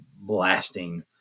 blasting